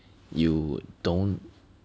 you don't